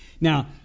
Now